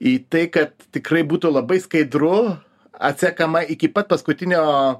į tai kad tikrai būtų labai skaidru atsekama iki pat paskutinio